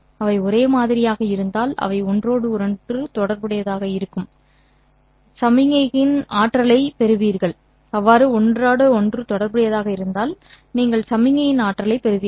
அவை ஒரே மாதிரியாக இருந்தால் அவை ஒன்றோடு ஒன்று தொடர்புடையதாக இருந்தால் நீங்கள் சமிக்ஞையின் ஆற்றலைப் பெறுவீர்கள்